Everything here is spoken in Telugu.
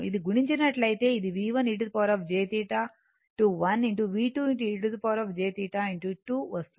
ఇది గుణించినట్లయితే ఇది V1 e jθ 1 V2 e jθ 2 వస్తుంది